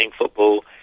football